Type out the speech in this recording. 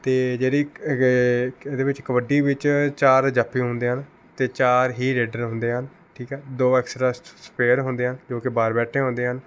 ਅਤੇ ਜਿਹੜੀ ਇੱਕ ਏ ਗ ਇਹਦੇ ਵਿੱਚ ਕਬੱਡੀ ਵਿੱਚ ਚਾਰ ਜਾਫੀ ਹੁੰਦੇ ਹਨ ਅਤੇ ਚਾਰ ਹੀ ਰੇਡਰ ਹੁੰਦੇ ਹਨ ਠੀਕ ਆ ਦੋ ਐਕਸਟ੍ਰਾ ਸਪੇਅਰ ਹੁੰਦੇ ਆ ਜੋ ਕਿ ਬਾਹਰ ਬੈਠੇ ਹੁੰਦੇ ਹਨ